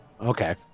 Okay